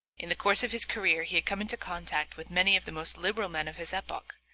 in the course of his career he had come into contact with many of the most liberal men of his epoch,